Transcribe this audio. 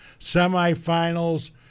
Semifinals